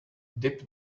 dip